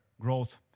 growth